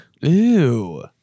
Ew